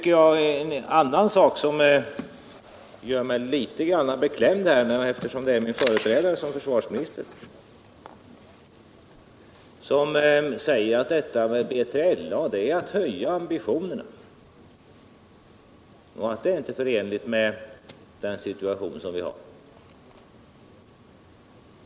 En annan sak som gör mig litet beklämd är när min företrädare som försvarsminister säger att detta med BLA äratt höja ambitionerna, och det är inte förenligt med dagens situation.